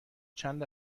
چند